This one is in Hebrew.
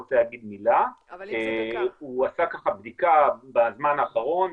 שרוצה להגיד מילה, הוא עשה בדיקה בזמן האחרון.